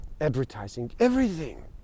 advertising—everything